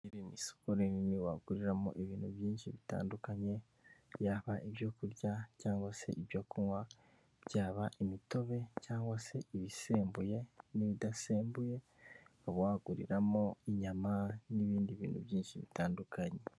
Iri ni isoko rinini waguriramo ibintu byinshi bitandukanye; yaba ibyo kurya cyangwa se ibyo kunywa; byaba imitobe cyangwa se ibisembuye n'ibidasembuye; waguriramo inyama n'ibindi bintu byinshi bitandukanye.